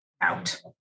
out